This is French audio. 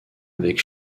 avec